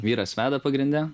vyras veda pagrinde